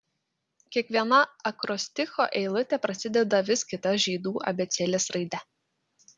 kiekviena akrosticho eilutė prasideda vis kita žydų abėcėlės raide